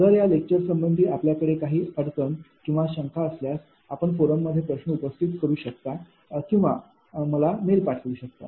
जर या लेक्चर संबंधी आपल्याकडे काही अडचण किंवा शंका असल्यास आपण फोरममध्ये प्रश्न उपस्थित करू शकता किंवा मेल पाठवू शकता